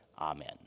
Amen